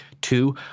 Two